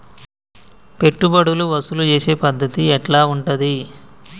పెట్టుబడులు వసూలు చేసే పద్ధతి ఎట్లా ఉంటది?